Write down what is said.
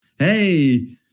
Hey